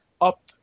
up